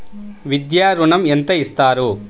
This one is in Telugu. విద్యా ఋణం ఎంత ఇస్తారు?